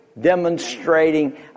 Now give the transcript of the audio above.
demonstrating